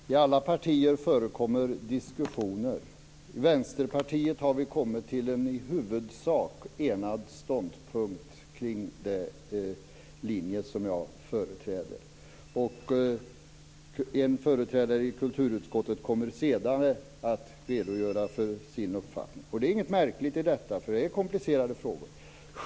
Fru talman! I alla partier förekommer det diskussioner. I Vänsterpartiet har vi kommit fram till en i huvudsak enad ståndpunkt omkring den linje som jag företräder. En företrädare i kulturutskottet kommer senare att redogöra för sin uppfattning. Det är inget märkligt i detta, för det är komplicerade frågor.